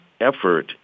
effort